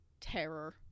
terror